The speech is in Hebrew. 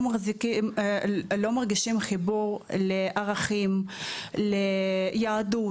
לא מרגישים חיבור לערכים, ליהדות.